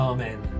Amen